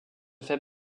fait